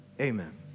amen